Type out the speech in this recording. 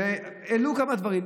הועלו כמה דברים.